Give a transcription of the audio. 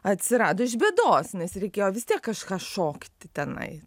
atsirado iš bėdos nes reikėjo vis tiek kažką šokti tenai